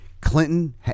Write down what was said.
Clinton